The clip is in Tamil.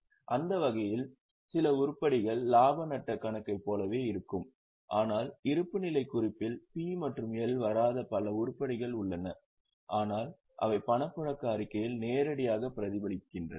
அந்த வகையில் சில உருப்படிகள் இலாப நட்டக் கணக்கைப் போலவே இருக்கும் ஆனால் இருப்புநிலைக் குறிப்பில் P மற்றும் L வராத பல உருப்படிகள் உள்ளன ஆனால் அவை பணப்பாய்வு அறிக்கையில் நேரடியாக பிரதிபலிக்கின்றன